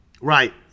right